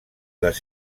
les